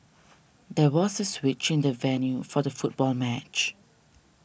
there was a switch in the venue for the football match